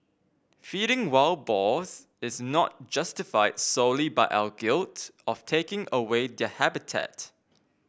feeding wild boars is not justified solely by our guilt of taking away their habitat